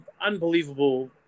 unbelievable